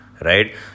right